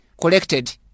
collected